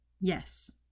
Yes